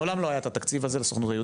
מעולם לא היה את התקציב הזה לסוכנות היהודית,